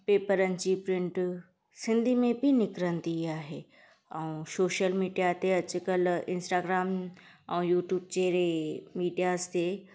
पेपरनि जी प्रिंट सिंधी में बि निकिरंदी आहे ऐं सोशल मिडिया ते अॼुकल्ह इंस्टाग्राम ऐं यूट्यूब जहिड़े मिडियास ते